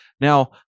Now